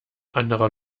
anderer